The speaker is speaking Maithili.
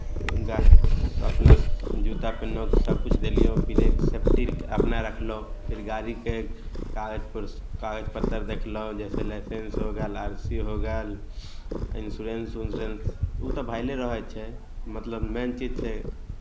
अपना जूता पिन्हलहुँ सभकिछु देलियौ ब्रेक सेफ्टीकेँ अपना रखलहुँ फेर गाड़ीके कागजपर कागज पत्तर देखलहुँ जैसे लाइसेंस हो गेल आर सी हो गेल इन्सोरेन्स उन्सोरेन्स ओ तऽ भेले रहै छै मतलब मेन चीज छै